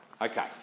Okay